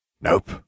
Nope